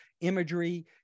imagery